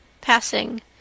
passing